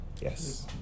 Yes